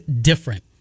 different